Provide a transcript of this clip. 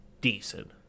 decent